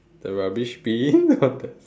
the rubbish bin